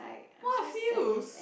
what fuels